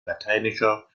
lateinischer